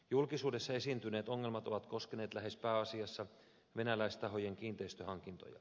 julkisuudessa esiintyneet ongelmat ovat koskeneet lähes pääasiassa venäläistahojen kiinteistöhankintoja